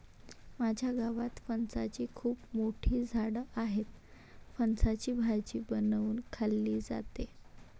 माझ्या गावात फणसाची खूप मोठी झाडं आहेत, फणसाची भाजी बनवून खाल्ली जाते